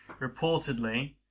Reportedly